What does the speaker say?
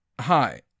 Hi